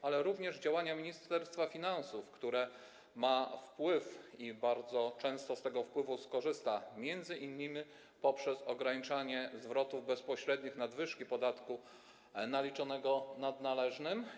Chodzi tu również o działania Ministerstwa Finansów, które ma tu wpływ i bardzo często z tego wpływu korzysta, m.in. poprzez ograniczanie zwrotów bezpośrednich nadwyżki podatku naliczonego nad należnym.